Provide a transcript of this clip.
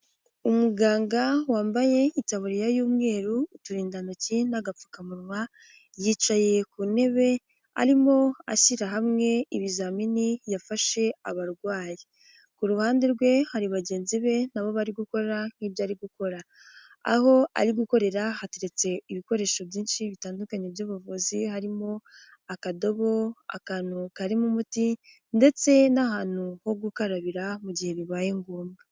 Umuganga wambaye itaburiya y'umweru, uturindantoki n'agapfukamunwa, yicaye ku ntebe arimo ashyira hamwe ibizamini yafashe abarwayi, ku ruhande rwe hari bagenzi be na bo bari gukora nk'ibyo ari gukora, aho ari gukorera hateretse ibikoresho byinshi bitandukanye by'ubuvuzi harimo akadobo, akantu karimo umuti ndetse n'ahantu ho gukarabira mu gihe bibaye ngombwa.